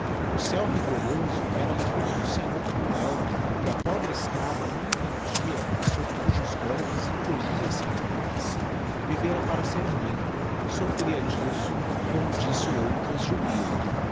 o céu rigoroso era-lhe como um senhor cruel que a pobre escrava não entendia e sob cujos golpes encolhia se apenas vivera para ser mãi soflfria disso como disso outras jubilam